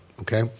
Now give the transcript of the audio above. Okay